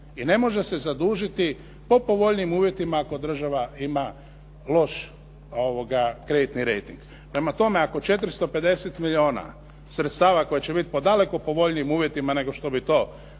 i ne može se zadužiti po povoljnijim uvjetima ako država ima loš kreditni rejting. Prema tome, ako 450 milijuna sredstava koja će biti po daleko povoljnijim uvjetima nego što bi to